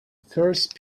first